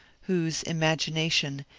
whose imagination,